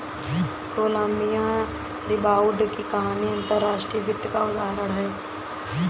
Colombia rebound की कहानी अंतर्राष्ट्रीय वित्त का उदाहरण है